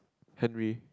Henry